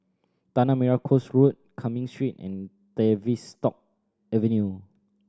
Tanah Merah Coast Road Cumming Street and Tavistock Avenue